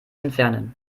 entfernen